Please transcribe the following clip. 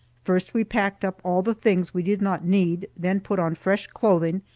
first we packed up all the things we did not need, then put on fresh clothing,